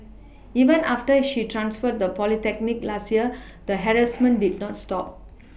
even after she transferred the polytechnic last year the harassment did not stop